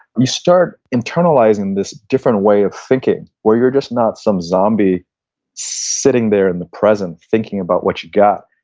you start internalizing this different way of thinking where you're just not some zombie sitting there in the present thinking about what you got.